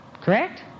Correct